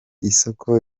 isoko